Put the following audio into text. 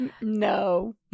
no